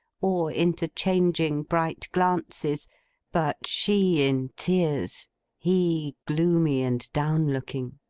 or interchanging bright glances but, she in tears he, gloomy and down-looking.